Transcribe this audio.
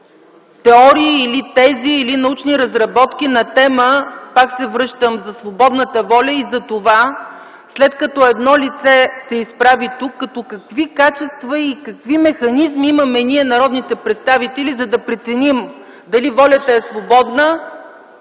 теории, тези или научни разработки на тема, пак се връщам, за свободната воля и за това, след като едно лице се изправи тук, какви качества и какви механизми имаме ние, народните представители, за да преценим дали волята е свободна,